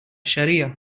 shariah